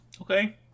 Okay